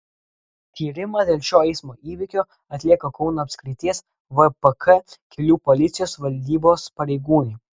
tyrimą dėl šio eismo įvykio atlieka kauno apskrities vpk kelių policijos valdybos pareigūnai